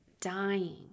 dying